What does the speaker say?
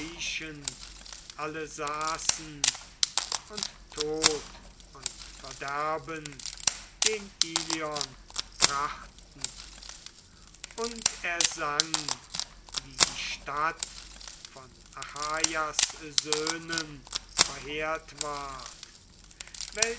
alle saßen und tod und verderben gen ilion brachten und er sang wie die stadt von achaias söhnen verheert ward